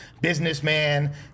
businessman